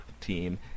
team